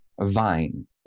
vine